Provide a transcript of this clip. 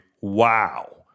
Wow